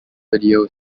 video